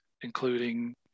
including